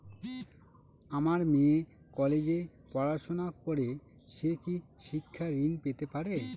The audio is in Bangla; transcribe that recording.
আমার মেয়ে কলেজে পড়াশোনা করে সে কি শিক্ষা ঋণ পেতে পারে?